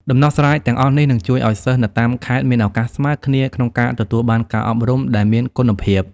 ដំណោះស្រាយទាំងអស់នេះនឹងជួយឱ្យសិស្សនៅតាមខេត្តមានឱកាសស្មើគ្នាក្នុងការទទួលបានការអប់រំដែលមានគុណភាព។